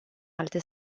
alte